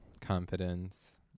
confidence